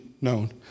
known